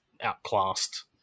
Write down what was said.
outclassed